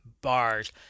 bars